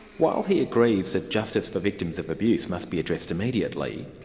while he agrees that justice for victims of abuse must be addressed immediately,